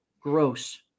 gross